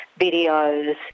videos